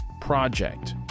Project